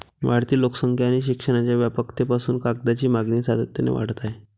वाढती लोकसंख्या आणि शिक्षणाच्या व्यापकतेपासून कागदाची मागणी सातत्याने वाढत आहे